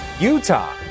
Utah